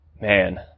Man